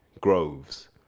Groves